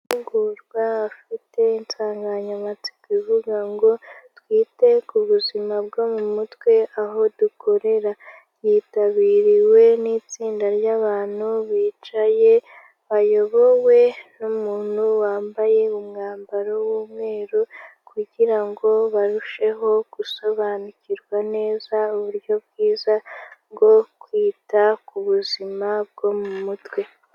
Amahugurwa, afite insanganyamatsiko ivuga ngo, twite ku buzima bwo mu mutwe, aho dukorera. Yitabiriwe n'itsinda ryabantu, bicaye, bayobowe n'umuntu wambaye umwambaro w'umweru, kugira ngo barusheho, gusobanukirwa neza, uburyo bwiza, bwo kwita ku buzima bwo mu mutwe.